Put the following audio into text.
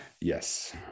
yes